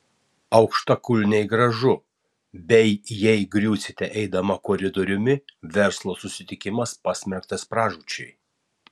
aukštakulniai gražu bei jei griūsite eidama koridoriumi verslo susitikimas pasmerktas pražūčiai